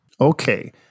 Okay